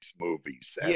movies